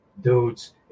dudes